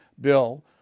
Bill